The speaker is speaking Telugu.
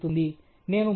లేదా ఏ రిగ్రెసర్లు